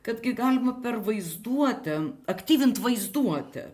kad gi galima per vaizduotę aktyvint vaizduotę